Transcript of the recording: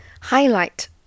Highlight